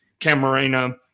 Camarena